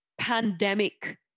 pandemic